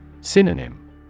Synonym